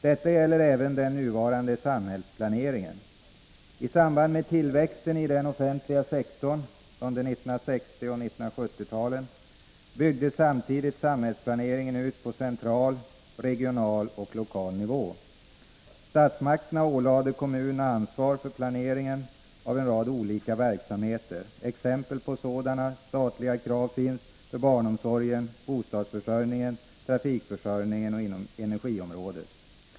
Detta gäller även den nuvarande samhällsplaneringen. I samband med tillväxten i den offentliga sektorn under 1960 och 1970-talen byggdes samtidigt samhällsplaneringen ut på central, regional och lokal nivå. Statsmakterna ålade kommunerna ansvar för planeringen av en rad olika verksamheter. Exempel på sådana statliga krav finns för barnomsorgen, bostadsförsörjningen, trafikförsörjningen och inom energiområdet.